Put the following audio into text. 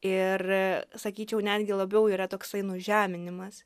ir sakyčiau netgi labiau yra toksai nužeminimas